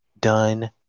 done